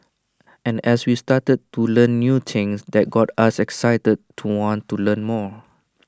and as we started to learn new things that got us excited to want to learn more